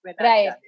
Right